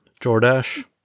Jordash